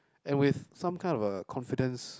and with some kind of a confidence